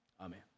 Amen